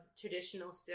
traditional